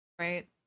right